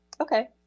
okay